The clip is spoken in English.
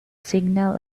signal